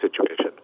situation